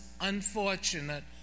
unfortunate